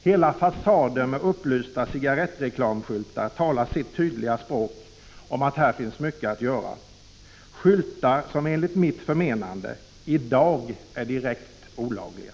Hela fasader med upplysta cigarettreklamskyltar talar sitt tydliga språk om att det här finns mycket att göra — skyltar som enligt mitt förmenande i dag är direkt olagliga.